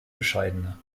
bescheidener